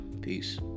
Peace